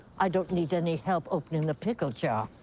i don't need any help opening the pickle jar.